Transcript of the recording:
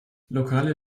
lokale